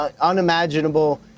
unimaginable